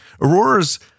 Aurora's